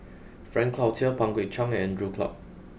Frank Cloutier Pang Guek Cheng and Andrew Clarke